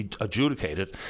adjudicated